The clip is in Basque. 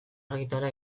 argitara